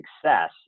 success